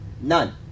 none